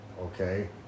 Okay